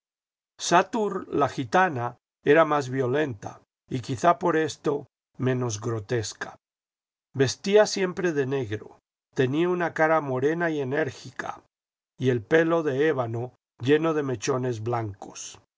satur la gitana era más violenta y quizá por esto menos grotesca vestía siempre de negro tenía una cara morena y enérgica y el pelo de ébano lleno de mechones blancos